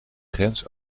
grens